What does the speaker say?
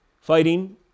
fighting